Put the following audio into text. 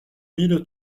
mille